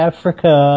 Africa